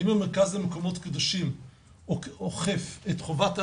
האם המרכז למקומות קדושים אוכף את חובת ההנגשה?